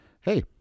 hey